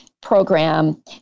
program